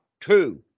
two